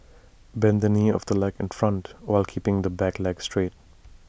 bend the knee of the leg in front while keeping the back leg straight